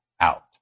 out